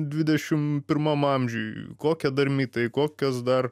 dvidešim pirmam amžiuj kokie dar mitai kokios dar